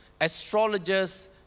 astrologers